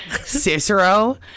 Cicero